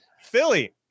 philly